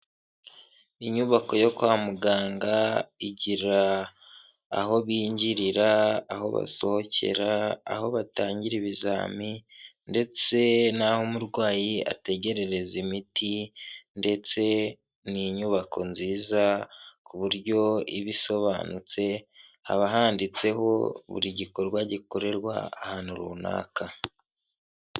Inubako yo kwa muganga igira aho binjirira, aho basohokera, aho batangira ibizami ndetse n'aho umurwayi ategerereza imiti ndetse n'inyubako nziza ku buryo iba isobanutse, haba handitseho buri gikorwa gikorerwa ahantu runaka.